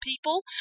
people